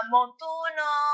Montuno